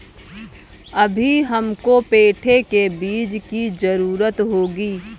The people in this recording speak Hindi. अभी हमको पेठे के बीज की जरूरत होगी